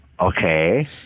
Okay